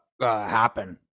happen